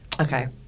Okay